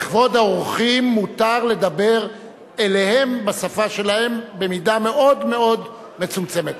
מותר לדבר אליהם בשפה שלהם במידה מאוד מאוד מצומצמת.